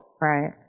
Right